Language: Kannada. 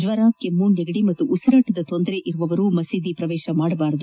ಜ್ವರ ಕೆಮ್ಮು ನೆಗಡಿ ಹಾಗೂ ಉಸಿರಾಟದ ತೊಂದರೆ ಇರುವವರು ಮಸೀದಿಯನ್ನು ಪ್ರವೇಶಿಸಬಾರದು